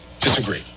Disagree